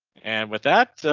and with that.